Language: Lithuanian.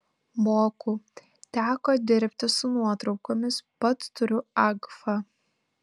moku teko dirbti su nuotraukomis pats turiu agfa